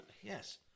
Yes